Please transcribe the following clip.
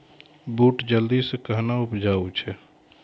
बूट जल्दी से कहना उपजाऊ छ?